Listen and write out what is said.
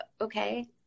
okay